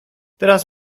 teraz